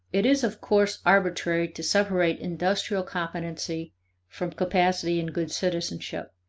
it is, of course, arbitrary to separate industrial competency from capacity in good citizenship.